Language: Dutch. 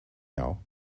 jou